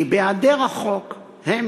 כי בהיעדר החוק הם